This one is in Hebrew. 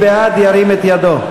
מי בעד, ירים את ידו.